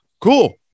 cool